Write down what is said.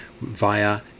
via